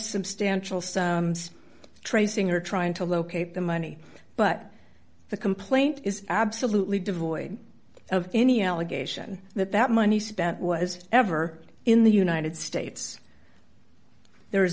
substantial sum tracing or trying to locate the money but the complaint is absolutely devoid of any allegation that that money spent was ever in the united states there